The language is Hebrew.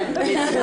כן, זה היה